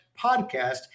podcast